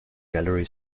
gallery